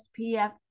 SPF